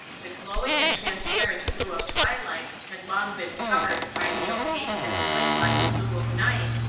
the glowing and transparent blue of twilight had long been covered by the opaque and slatelike blue of night,